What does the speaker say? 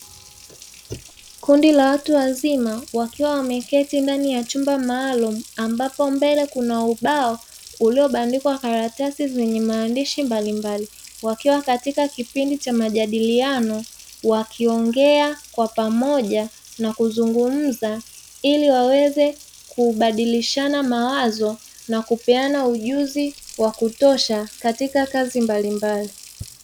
Kundi la watu wazima, wakiwa wameketi ndani ya chumba maalumu, ambapo mbele kuna ubao uliobadikwa karatasi zenye maandishi mbalimbali, wakiwa katika kipindi cha majadiliano wakiongea kwa pamoja na kuzungumza ili waweze kubadilishana mawazo na kupeana ujuzi wa kutosha katika kazi mbalimbali.